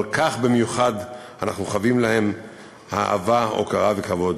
על כך במיוחד אנחנו חבים להם אהבה, הוקרה וכבוד.